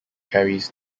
carries